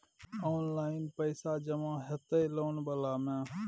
Online पैसा जमा हते लोन वाला में?